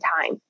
time